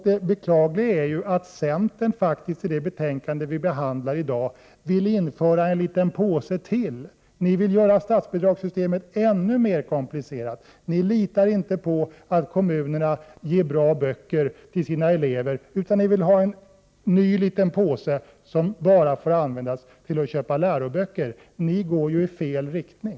Det beklagliga är att centern i ett förslag fogat till det betänkande som vi behandlar i dag vill införa ytterligare enliten påse. Ni vill göra statsbidragssystemet ännu mer komplicerat. Ni litar inte på att kommunerna ger bra böcker till sina elever, utan ni vill ha en ny liten påse som bara får användas till att köpa läroböcker. Ni går ju i fel riktning.